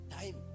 time